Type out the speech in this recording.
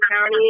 County